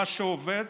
מה שעובד